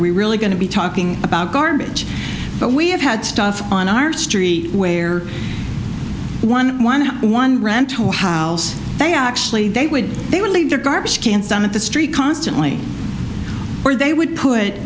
we really going to be talking about garbage but we have had stuff on our street where one one one ran to how they actually they would they would leave their garbage can some of the street constantly or they would put